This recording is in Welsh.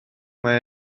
mae